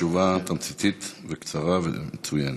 תשובה תמציתית וקצרה ומצוינת.